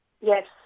Yes